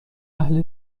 اهل